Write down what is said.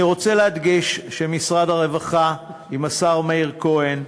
אני רוצה להדגיש שמשרד הרווחה, עם השר מאיר כהן,